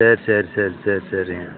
சேரி சேரி சேரி சேரி சரிங்க